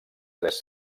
tres